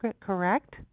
correct